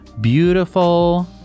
beautiful